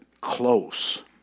close